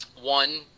one